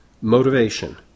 Motivation